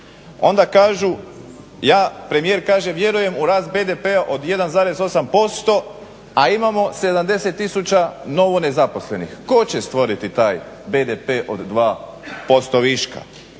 Onda kažu, premijer kaže vjerujem u rast BDP-a od 1,8%, a imamo 70 000 novo nezaposlenih. Tko će stvoriti taj BDP od 2% viška?